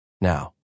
now